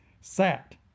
sat